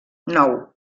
nou